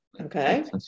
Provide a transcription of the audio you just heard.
Okay